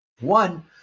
One